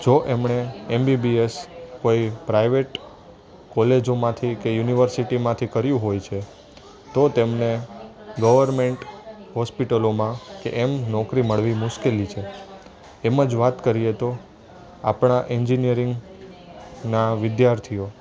જો એમણે એમબીબીએસ હોય પ્રાઇવેટ કોલેજોમાંથી કે યુનિવર્સિટિમાંથી કર્યું હોય છે તો તેમને ગવર્નમેંટ હોસ્પિટલોમાં કે એમ નોકરી મળવી મુશ્કેલી છે એમ જ વાત કરીએ તો આપણા ઍન્જિનિયરિંગના વિદ્યાર્થીઓ